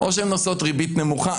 או שהן נושאות ריבית נמוכה,